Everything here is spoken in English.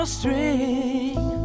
string